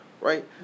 right